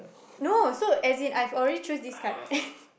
no so as in I already chose this card right